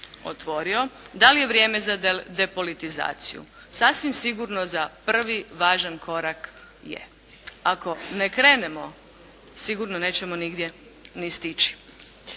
otvorio. Da li je vrijeme za depolitizaciju? Sasvim sigurno za prvi važan korak je. Ako ne krenemo sigurno nećemo nigdje ni stići.